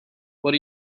what